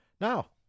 Now